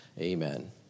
Amen